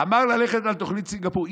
אמר ללכת על תוכנית סינגפור.